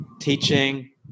Teaching